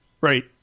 Right